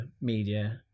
media